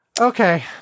Okay